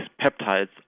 peptides